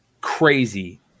crazy